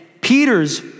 Peter's